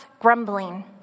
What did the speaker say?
grumbling